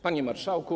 Panie Marszałku!